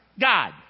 God